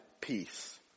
peace